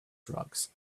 drugs